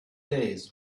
days